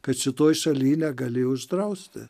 kad šitoj šaly negali uždrausti